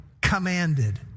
commanded